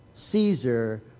Caesar